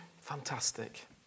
Fantastic